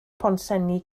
pontsenni